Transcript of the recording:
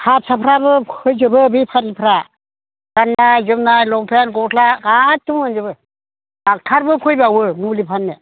हारसाफ्राबो फैजोबो बेफारिफ्रा गाननाय जोमनाय लंपेन्ट गस्ला गासैबो मोनजोबो डक्ट'रबो फैबावो मुलि फाननो